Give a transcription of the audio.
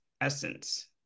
essence